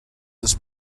this